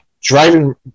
driving